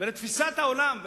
ולתפיסת העולם הזאת.